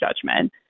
judgment